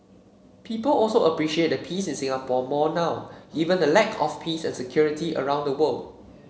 people also appreciate the peace in Singapore more now given the lack of peace and security around the world